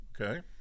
Okay